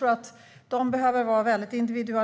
Dessa elever behöver individualiserad